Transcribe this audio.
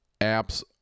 apps